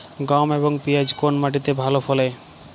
গম এবং পিয়াজ কোন মাটি তে ভালো ফলে?